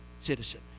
citizen